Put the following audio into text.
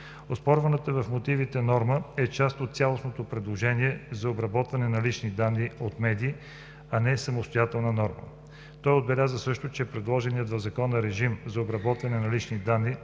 Оспорваната в мотивите норма е част от цялостно предложение за обработване на лични данни от медиите, а не самостоятелна норма. Той отбеляза също, че предложеният в Закона режим за обработване на лични данни